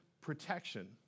protection